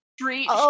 Street